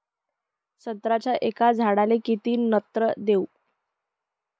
संत्र्याच्या एका झाडाले किती नत्र देऊ?